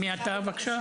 מי אתה בבקשה?